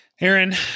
Aaron